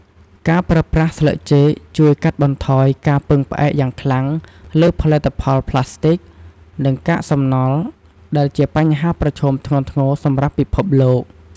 ការប្រើប្រាស់ស្លឹកចេកជួយ កាត់បន្ថយការពឹងផ្អែកយ៉ាងខ្លាំង លើផលិតផលប្លាស្ទិក និងកាកសំណល់ ដែលជាបញ្ហាប្រឈមធ្ងន់ធ្ងរសម្រាប់ពិភពលោក។